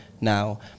now